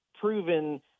proven